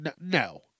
no